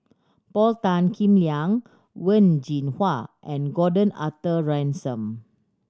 Paul Tan Kim Liang Wen Jinhua and Gordon Arthur Ransome